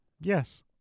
yes